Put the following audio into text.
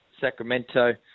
Sacramento